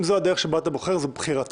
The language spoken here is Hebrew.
אם זאת הדרך שבה אתה בוחר, זאת בחירתך.